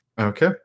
Okay